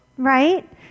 right